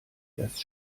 erst